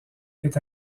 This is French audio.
est